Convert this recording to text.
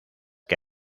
que